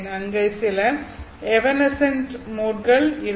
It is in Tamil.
அங்கே சில எவனெஸ்ஸ்ண்ட் மோட்கள் இருக்கும்